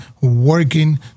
working